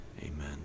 Amen